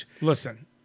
Listen